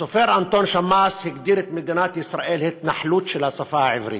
הסופר אנטון שמאס הגדיר את מדינת ישראל "התנחלות של השפה העברית".